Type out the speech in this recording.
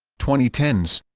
twenty ten s